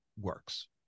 works